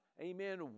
Amen